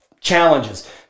challenges